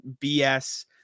BS